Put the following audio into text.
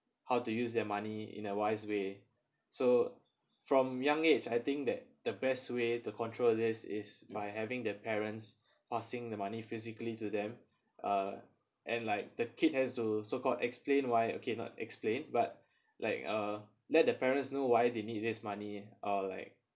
how to use their money in a wise way so from young age I think that the best way to control this is by having their parents passing the money physically to them uh and like the kid has to so called explain why okay not explained but like uh let the parents know why they need this money or like